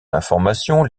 l’information